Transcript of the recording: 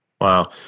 Wow